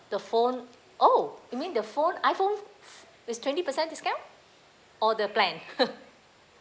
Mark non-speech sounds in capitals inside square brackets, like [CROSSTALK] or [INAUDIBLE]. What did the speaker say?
the phone oh you mean the phone iPhone is twenty percent discount or the plan [LAUGHS]